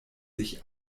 sich